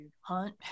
hunt